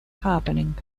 happening